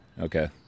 Okay